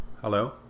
Hello